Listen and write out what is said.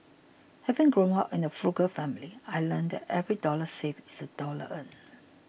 having grown up in a frugal family I learnt that every dollar saved is a dollar earned